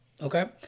Okay